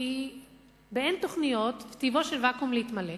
כי באין תוכניות טיבו של ואקום להתמלא.